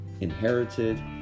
inherited